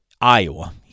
Iowa